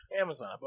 Amazon